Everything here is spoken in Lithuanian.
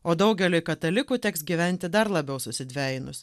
o daugeliui katalikų teks gyventi dar labiau susidvejinus